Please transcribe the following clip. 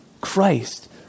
Christ